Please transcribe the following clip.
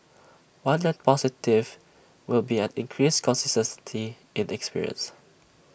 one net positive will be an increased consistency in the experience